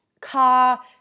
car